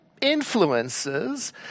influences